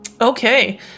Okay